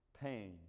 Pain